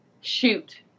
shoot